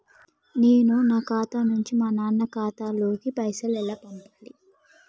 నేను నా ఖాతా నుంచి మా నాన్న ఖాతా లోకి పైసలు ఎలా పంపాలి?